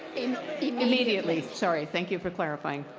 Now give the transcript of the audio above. immediately. sorry. thank you for clarifying.